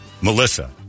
Melissa